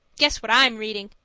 guess what i'm reading?